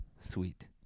Sweet